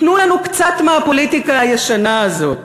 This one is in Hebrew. תנו לנו קצת מהפוליטיקה הישנה הזאת